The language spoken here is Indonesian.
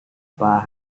pak